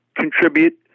contribute